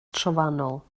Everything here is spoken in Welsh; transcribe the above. trofannol